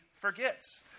forgets